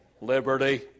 Liberty